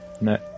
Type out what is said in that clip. No